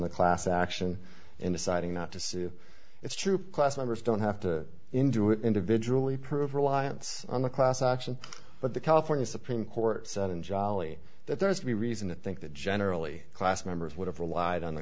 the class action in deciding not to sue it's true class members don't have to endure individually prove reliance on a class action but the california supreme court said in jolly that there has to be reason to think that generally class members would have relied on the